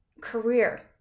career